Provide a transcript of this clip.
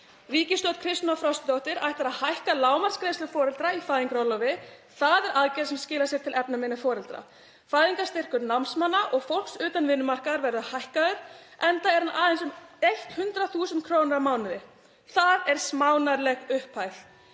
Ríkisstjórn Kristrúnar Frostadóttur ætlar að hækka lágmarksgreiðslur foreldra í fæðingarorlofi. Það er aðgerð sem skilar sér til efnaminni foreldra. Fæðingarstyrkur námsmanna og fólks utan vinnumarkaðar verður hækkaður, enda er hann aðeins um 100.000 kr. á mánuði. Það er smánarleg upphæð.